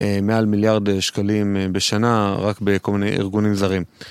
מעל מיליארד שקלים בשנה, רק בכל מיני ארגונים זרים.